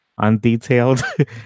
undetailed